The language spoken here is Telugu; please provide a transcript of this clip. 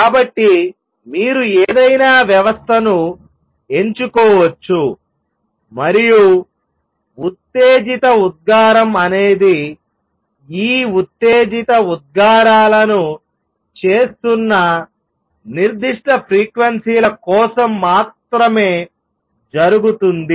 కాబట్టి మీరు ఏదైనా వ్యవస్థను ఎంచుకోవచ్చు మరియు ఉత్తేజిత ఉద్గారం అనేది ఈ ఉత్తేజిత ఉద్గారాలను చేస్తున్న నిర్దిష్ట ఫ్రీక్వెన్సీ ల కోసం మాత్రమే జరుగుతుంది